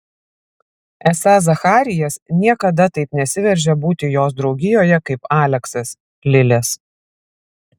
esą zacharijas niekada taip nesiveržia būti jos draugijoje kaip aleksas lilės